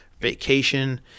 vacation